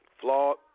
Flawed